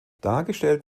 dargestellt